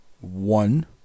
one